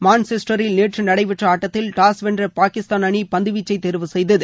மான்செஸ்டரில் நேற்று நடைபெற்ற ஆட்டத்தில் டாஸ் வென்ற பாகிஸ்தான் அணி பந்து வீச்சை தேர்வு செய்தது